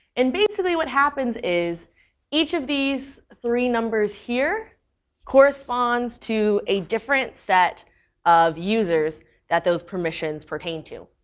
and basically what happens is each of these three numbers here corresponds to a different set of users that those permissions pertain to.